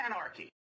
anarchy